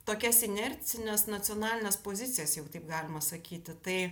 tokias inercines nacionalines pozicijas jeigu taip galima sakyti tai